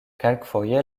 kelkfoje